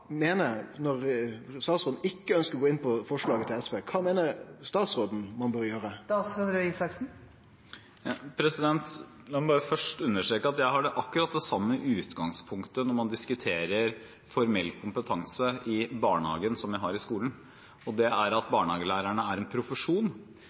Når statsråden ikkje ønskjer å gå inn på forslaget til SV, kva meiner han at ein bør gjere? La meg først understreke at jeg har akkurat det samme utgangspunktet når jeg diskuterer formell kompetanse i barnehagen, som jeg har når det gjelder skolen. Det er at barnehagelærer er en profesjon.